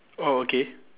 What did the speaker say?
oh okay